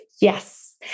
Yes